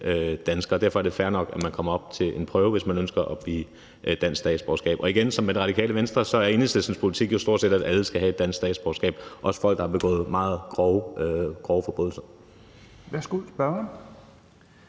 danskeres. Derfor er det fair nok, at man kommer op til en prøve, hvis man ønsker at blive dansk statsborger. Og igen: Som hos Radikale Venstre er Enhedslistens politik jo stort set, at alle skal have et dansk statsborgerskab, også folk, der har begået meget grove forbrydelser.